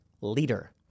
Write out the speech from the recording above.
leader